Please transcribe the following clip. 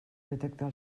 detectar